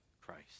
Christ